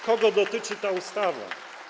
Kogo dotyczy ta ustawa?